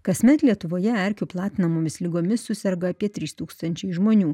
kasmet lietuvoje erkių platinamomis ligomis suserga apie trys tūkstančiai žmonių